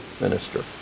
minister